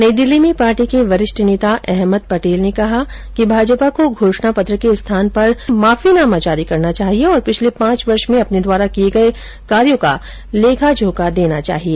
नई दिल्ली में पार्टी के वरिष्ठ नेता अहमद पटेल ने कहा कि भाजपा को घोषणापत्र के स्थान पर माफीनामा जारी करना चाहिए और पिछले पांच वर्ष में अपने द्वारा किए गए कार्यों का लेखाजोखा देना चाहिए